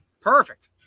perfect